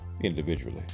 individually